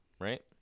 Right